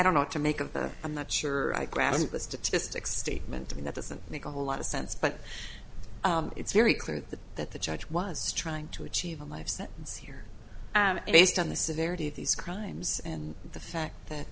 don't know what to make of i'm not sure i grasp the statistic statement to me that doesn't make a whole lot of sense but it's very clear that the judge was trying to achieve a life sentence here based on the severity of these crimes and the fact that